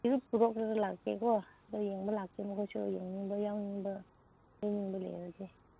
ꯏꯔꯨꯞ ꯄꯨꯊꯣꯛꯈ꯭ꯔꯒ ꯂꯥꯛꯀꯦꯀꯣ ꯑꯩꯈꯣꯏ ꯌꯦꯡꯕ ꯂꯥꯛꯀꯦ ꯃꯈꯣꯏꯁꯨ ꯌꯦꯡꯅꯤꯡꯕ ꯌꯥꯎꯅꯤꯡꯕ ꯂꯩꯅꯤꯡꯕ ꯂꯩꯔꯗꯤ